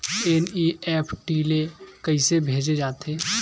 NEFT ले कइसे भेजे जाथे?